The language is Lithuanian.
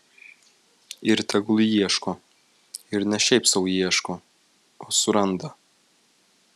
ir tegul ieško ir ne šiaip sau ieško o suranda